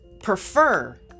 prefer